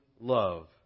love